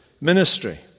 Ministry